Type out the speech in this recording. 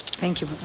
thank you.